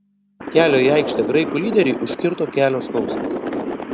kelią į aikštę graikų lyderiui užkirto kelio skausmas